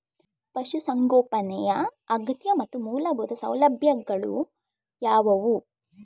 ಪಶುಸಂಗೋಪನೆಯ ಅಗತ್ಯ ಮತ್ತು ಮೂಲಭೂತ ಸೌಲಭ್ಯಗಳು ಯಾವುವು?